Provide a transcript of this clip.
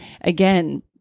again